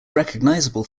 recognisable